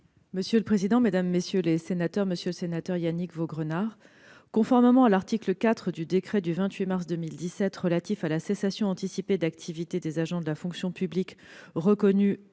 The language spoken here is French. bon sens. La parole est à Mme la secrétaire d'État. Monsieur le sénateur Yannick Vaugrenard, conformément à l'article 4 du décret du 28 mars 2017 relatif à la cessation anticipée d'activité des agents de la fonction publique reconnus